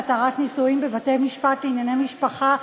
להתרת נישואין בבתי-משפט לענייני משפחה,